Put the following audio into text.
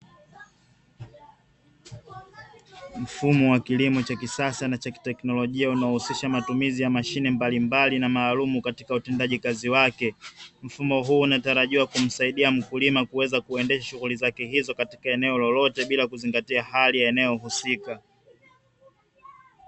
Mfumo wa kilimo cha kisasa na cha kiteknolojia, unaohusisha matumizi ya mashine mbalimbali na maalumu katika utendaji kazi wake, mfumo huu unatarajiwa kumsaidia mkulima kuweza kuendesha shughuli zake hizo, katika eneo lolote bila kuzingatia hali ya eneo husika.